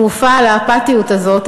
התרופה לאפאתיות הזאת,